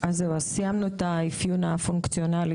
סיימנו את האפיון הפונקציונלי,